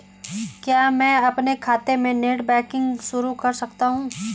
क्या मैं अपने खाते में नेट बैंकिंग शुरू कर सकता हूँ?